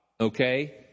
Okay